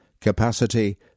Capacity